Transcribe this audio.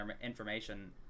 information